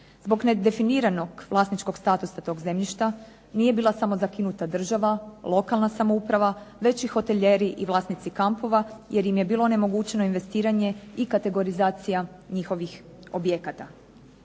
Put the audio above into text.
Zbog nedefiniranog vlasničkog statusa tog zemljišta nije bila samo zakinuta država, lokalna samouprava već i hotelijeri i vlasnici kampova jer im je bilo onemogućeno investiranje i kategorizacija njihovih objekata.